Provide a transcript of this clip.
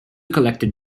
collected